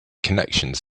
connections